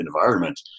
environment